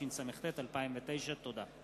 התשס"ט 2009. תודה.